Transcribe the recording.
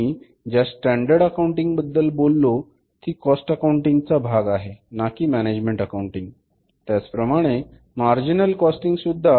मी ज्या standard accounting बद्दल बोललो ती कॉस्ट अकाऊंटिंगचा भाग आहे नाकी मॅनेजमेंट अकाउंटिंग त्याचप्रमाणे मार्जिनल कॉस्टिंग सुद्धा